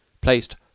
placed